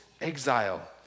exile